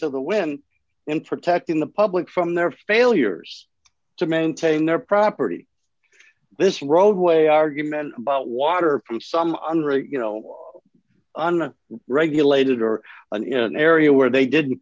to the wind and protecting the public from their failures to maintain their property this roadway argument about water from some under it you know under regulated or an area where they didn't